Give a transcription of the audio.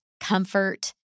comfort